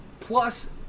Plus